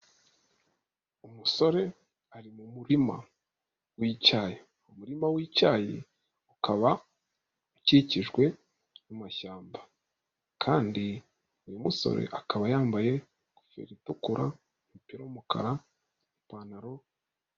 Umusore ari mu murima w'icyayi, umurima w'icyayi ukaba ukikijwe n'amashyamba kandi uyu musore akaba yambaye ingofero itukura, umupira y'umukara, ipantaro.